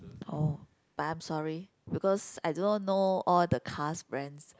oh but I'm sorry because I do not know all the car's brands